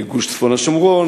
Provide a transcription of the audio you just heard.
גוש צפון-השומרון,